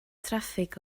traffig